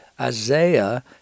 Isaiah